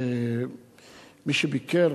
שמי שביקר